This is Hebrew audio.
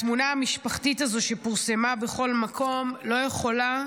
התמונה המשפחתית הזו, שפורסמה בכל מקום, לא יכולה